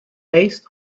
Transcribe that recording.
based